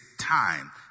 time